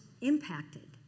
impacted